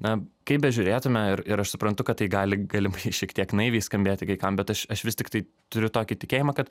na kaip bežiūrėtume ir ir aš suprantu kad tai gali galimai šiek tiek naiviai skambėti kai kam bet aš aš vis tiktai turiu tokį tikėjimą kad